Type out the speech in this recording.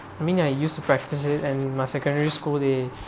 I mean I used to practice it and my secondary school they